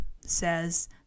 says